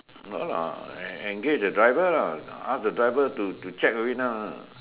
no lah en~ engage the driver lah ask the driver to to check every now ah